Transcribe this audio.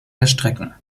erstrecken